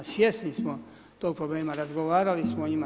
Svjesni smo tog problema, razgovarali smo o njima.